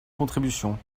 contribution